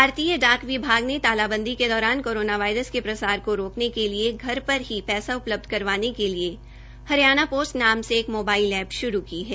भारतीय डाक विभाग ने तालाबंदी के दौरान कोरोना वायरस के प्रसार को रोकने के लिए घर पर ही पैसा उपलब्ध करवाने के लिए हरियाणा पोस्ट नाम से एक मोबाइल एप शुरू की है